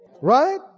right